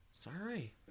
Sorry